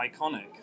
iconic